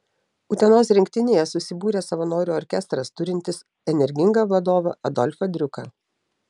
utenos rinktinėje susibūrė savanorių orkestras turintis energingą vadovą adolfą driuką